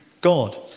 God